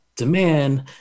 Demand